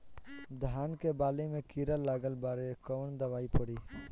धान के बाली में कीड़ा लगल बाड़े कवन दवाई पड़ी?